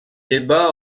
débats